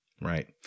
Right